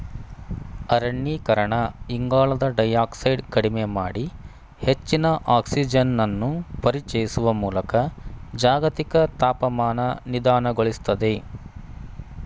ಅರಣ್ಯೀಕರಣ ಇಂಗಾಲದ ಡೈಯಾಕ್ಸೈಡ್ ಕಡಿಮೆ ಮಾಡಿ ಹೆಚ್ಚಿನ ಆಕ್ಸಿಜನನ್ನು ಪರಿಚಯಿಸುವ ಮೂಲಕ ಜಾಗತಿಕ ತಾಪಮಾನ ನಿಧಾನಗೊಳಿಸ್ತದೆ